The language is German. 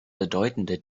bedeutende